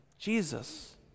Jesus